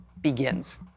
begins